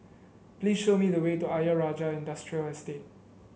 please show me the way to Ayer Rajah Industrial Estate